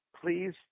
please